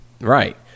Right